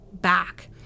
back